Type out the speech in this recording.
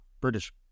British